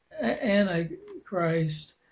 Antichrist